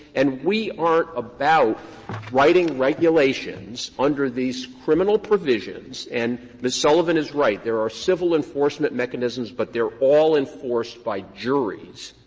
and we aren't about writing regulations under these criminal provisions. and ms. sullivan is right. there are civil enforcement mechanisms, but they're all enforced by juries.